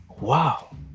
Wow